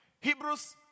Hebrews